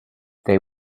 they